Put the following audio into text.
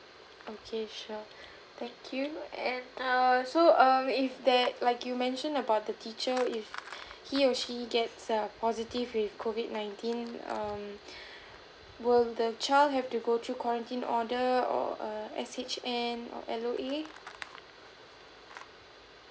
okay sure thank you and err so um if there like you mentioned about the teacher if he or she gets err positive with COVID nineteen um will the child have to go through quarantine order or a S_H_N or L_O_A